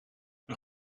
een